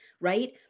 Right